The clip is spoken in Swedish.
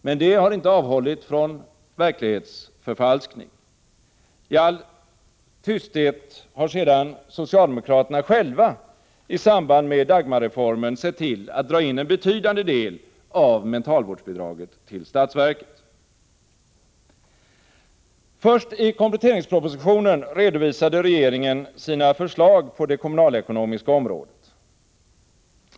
Men det har inte avhållit från verklighetsförfalskning. I all tysthet har sedan socialdemokraterna själva i samband med Dagmarreformen sett till att dra in en betydande del av mentalvårdsbidraget till statsverket. Först i kompletteringspropositionen redovisade regeringen sina förslag på det kommunalekonomiska området.